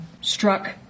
struck